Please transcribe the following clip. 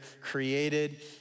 created